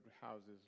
houses